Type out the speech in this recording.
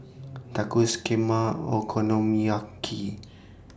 Tacos Kheema Okonomiyaki